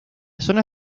zona